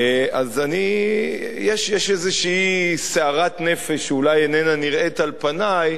אז יש איזו סערת נפש שאולי איננה נראית על פני,